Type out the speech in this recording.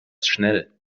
schnell